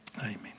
Amen